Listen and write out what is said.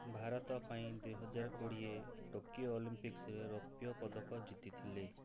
ଭାରତ ପାଇଁ ଦୁଇ ହଜାର କୋଡ଼ିଏ ଟୋକିଓ ଅଲିମ୍ପିକ୍ସରେ ରୌପ୍ୟ ପଦକ ଜିତିଥିଲେ